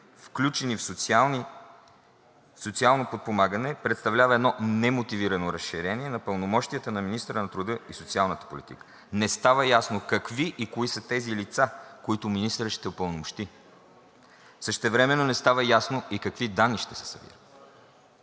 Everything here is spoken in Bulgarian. включени в социално подпомагане, представлява едно немотивирано разширение на пълномощията на министъра на труда и социалната политика. Не става ясно какви и кои са тези лица, които министърът ще упълномощи. Същевременно не става ясно и какви данни ще се събират.